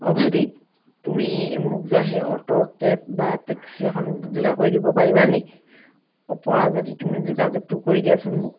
অঁ ভাইটি তুমি মোক যে সেই অ'টো কেব বা টেক্সি এখন যোগাৰ কৰি দিব পাৰিবা নেকি অঁ পাৰা যদি তুমি যোগাযোগটো কৰি দিয়াচোন মোক